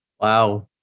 Wow